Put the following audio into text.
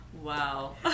Wow